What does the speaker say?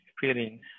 feeling